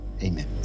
amen